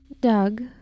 doug